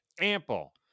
ample